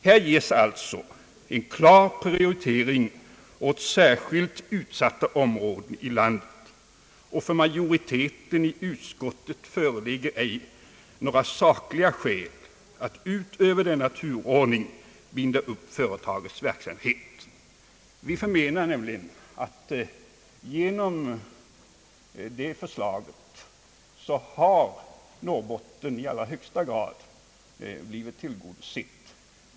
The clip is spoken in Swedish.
Här ges alltså en klar prioritering åt särskilt utsatta områden i landet, och för majoriteten i utskottet föreligger ej några sakliga skäl för att utöver denna turordning binda upp företagets verksamhet. Vi menar nämligen att Norrbottens behov genom detta förslag i allra högsta grad tillgodosetts.